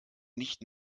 nicht